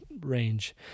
range